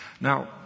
Now